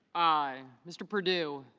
i. mr. purdue